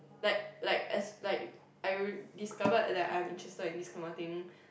like like as like I will discovered that I am interested in this kind of thing